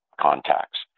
contacts